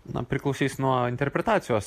na priklausys nuo interpretacijos